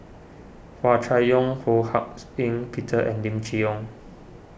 Hua Chai Yong Ho Hak's Ean Peter and Lim Chee Onn